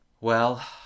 Well